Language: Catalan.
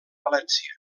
valència